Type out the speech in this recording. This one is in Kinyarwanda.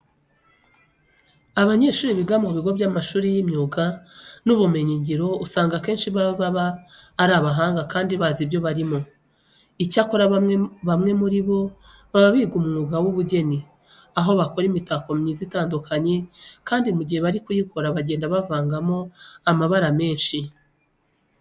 Abanyeshuri biga mu bigo by'amashuri y'imyuga n'ubumenyingiro usanga akenshi baba ari abahanga kandi bazi ibyo barimo. Icyakora bamwe muri bo baba biga umwuga w'ubugeni, aho bakora imitako myiza itandukanye kandi mu gihe bari kuyikora bagenda bavangamo amabara menshi.